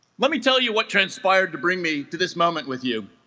let me tell you what transpired to bring me to this moment with you